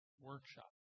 workshop